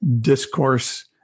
discourse